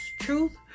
truth